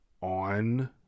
on